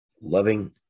Loving